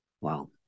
Wow